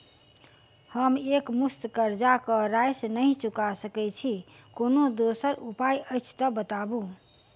हम एकमुस्त कर्जा कऽ राशि नहि चुका सकय छी, कोनो दोसर उपाय अछि तऽ बताबु?